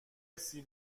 حسی